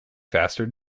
faster